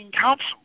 Council